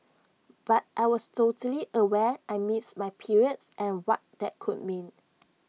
but I was totally aware I missed my periods and what that could mean